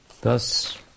Thus